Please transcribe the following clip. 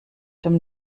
dem